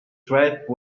tribe